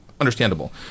understandable